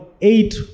eight